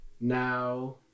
Now